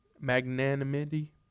magnanimity